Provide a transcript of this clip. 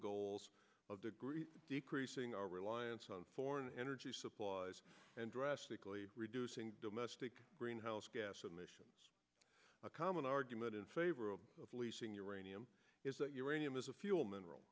goals of degree decreasing our reliance on foreign energy supplies and drastically reducing domestic greenhouse gas emissions a common argument in favor of leasing uranium is that uranium is a fuel mineral